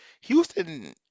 houston